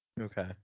okay